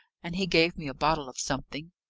and he gave me a bottle of something.